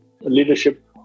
Leadership